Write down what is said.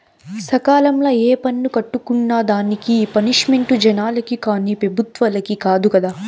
సకాలంల ఏ పన్ను కట్టుకున్నా దానికి పనిష్మెంటు జనాలకి కానీ పెబుత్వలకి కాదు కదా